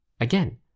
Again